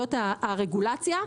עלויות הרגולציה,